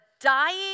dying